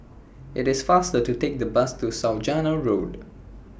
IT IS faster to Take The Bus to Saujana Road